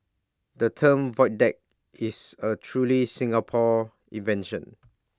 the term void deck is A truly Singapore invention